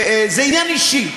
זה עניין אישי.